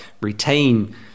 retain